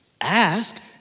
ask